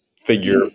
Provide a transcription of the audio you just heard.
figure